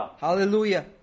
Hallelujah